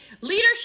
Leadership